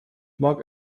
mag